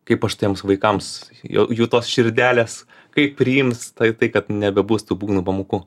kaip aš tiems vaikams jo jų tos širdelės kaip priims tai tai kad nebebus tų būgnų pamokų